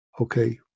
okay